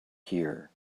here